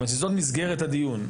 שזאת מסגרת הדיון.